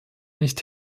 nicht